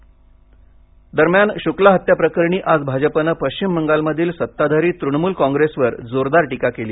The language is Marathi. टीका दरम्यान शुक्ला हत्या प्रकरणी आज भाजपानं पश्चिम बंगालमधील सत्ताधारी तृणमूल कॉंग्रेसवर जोरदार टीका केली